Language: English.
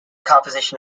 composition